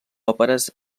òperes